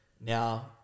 now